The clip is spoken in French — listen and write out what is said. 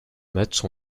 match